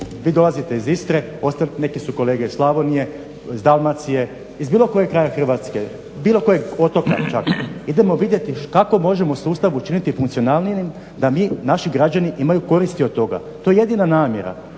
Vi dolazite iz Istre neki su kolege iz Slavonije, iz Dalmacije iz bilo kojeg kraja Hrvatske, bilo kojeg otoka čak. Idemo vidjeti kako možemo sustav učiniti funkcionalnijim da mi naši građani imaju koristi od toga, to je jedina namjera.